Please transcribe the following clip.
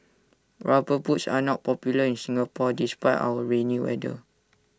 rubber boots are not popular in Singapore despite our rainy weather